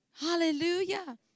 Hallelujah